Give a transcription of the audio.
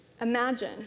Imagine